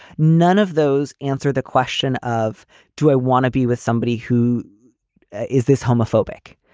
none of those answer the question of to a want to be with somebody who is this homophobic.